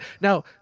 Now